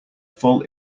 full